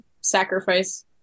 sacrifice